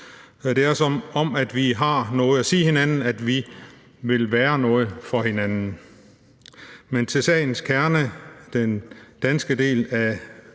Det er, som om vi har noget at sige hinanden, at vi vil være noget for hinanden. Men til sagens kerne: den danske del af